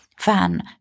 van